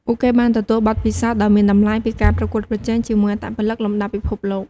ពួកគេបានទទួលបទពិសោធន៍ដ៏មានតម្លៃពីការប្រកួតប្រជែងជាមួយអត្តពលិកលំដាប់ពិភពលោក។